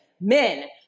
men